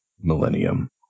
millennium